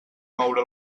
moure